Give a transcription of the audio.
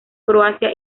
croacia